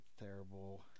terrible